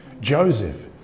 joseph